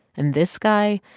and this guy,